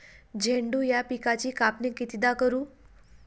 झेंडू या पिकाची कापनी कितीदा करू?